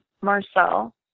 Marcel